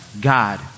God